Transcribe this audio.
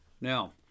Now